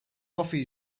coffee